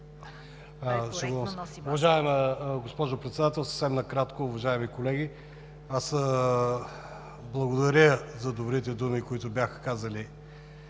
благодаря за добрите думи, които бяха казани